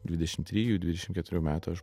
dvidešim trijų dvidešim keturių metų aš